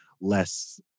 less